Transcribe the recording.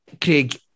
Craig